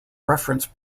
reference